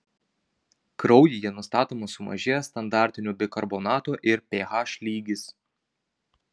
kraujyje nustatomas sumažėjęs standartinių bikarbonatų ir ph lygis